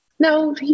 No